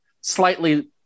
slightly